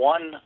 One